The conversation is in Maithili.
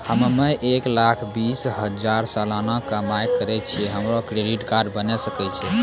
हम्मय एक लाख बीस हजार सलाना कमाई करे छियै, हमरो क्रेडिट कार्ड बने सकय छै?